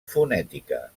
fonètica